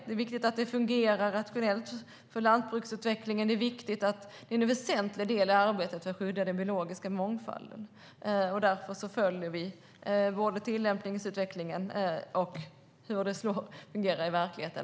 Det är viktigt att det fungerar rationellt för landsbygdsutvecklingen, och det är en väsentlig del i arbetet för att skydda den biologiska mångfalden. Därför följer vi noga utvecklingen när det gäller tillämpning och hur det fungerar i verkligheten.